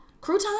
Crouton